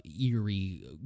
eerie